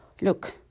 Look